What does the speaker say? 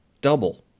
double